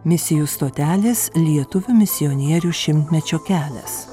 misijų stotelės lietuvių misionierių šimtmečio kelias